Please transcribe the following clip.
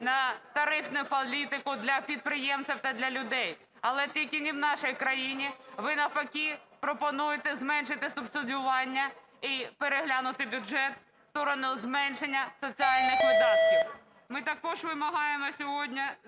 на тарифну політику для підприємців та для людей, але тільки не в нашій країни. Ви навпаки пропонуєте зменшити субсидіювання і переглянути бюджет в сторону зменшення соціальних видатків. Ми також вимагаємо сьогодні